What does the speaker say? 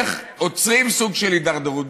איך עוצרים סוג של הידרדרות?